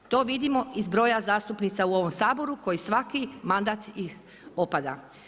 To vidimo iz broja zastupnica u ovom Saboru, koji svaki mandat opada.